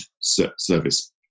service